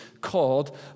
called